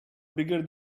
bigger